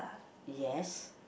yes